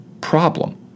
problem